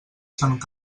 sant